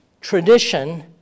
tradition